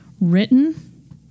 written